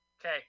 Okay